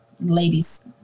ladies